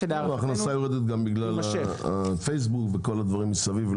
ההכנסה יורדת גם בגלל הפייסבוק וכל הדברים מסביב.